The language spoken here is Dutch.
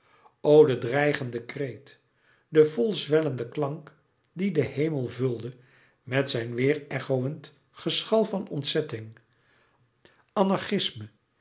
de dreigende kreet de volzwellende klank die den hemel vulde met zijn weêrechoënd geschal van ontzetting